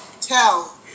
tell